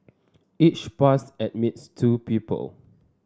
each pass admits two people